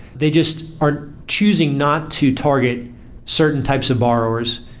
they just are choosing not to target certain types of borrowers,